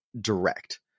direct